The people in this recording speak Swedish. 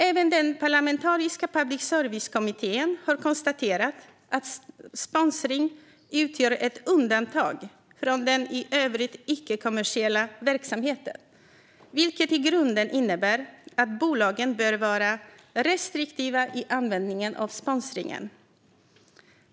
Även Parlamentariska public service-kommittén har konstaterat att sponsring utgör ett undantag från den i övrigt icke-kommersiella verksamheten, vilket i grunden innebär att bolagen bör vara restriktiva i användningen av sponsring.